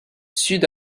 sud